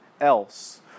else